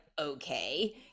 Okay